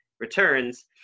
returns